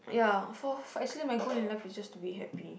yeah so actually my goal in life is just to be happy